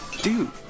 Dude